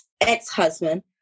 ex-husband